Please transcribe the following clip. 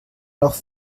noch